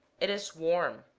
it is warm